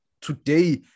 Today